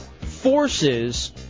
forces